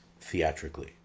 theatrically